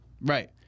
right